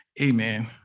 amen